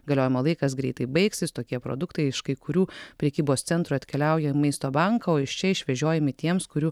galiojimo laikas greitai baigsis tokie produktai iš kai kurių prekybos centrų atkeliauja į maisto banką o iš čia išvežiojami tiems kurių